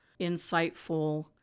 insightful